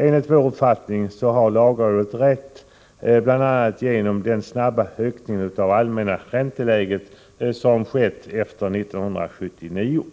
Enligt utskottets uppfattning har lagrådet rätt, bl.a. med tanke på den snabba ökningen av det allmäna ränteläget som skett efter 1979.